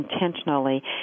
intentionally